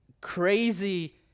crazy